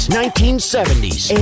1970s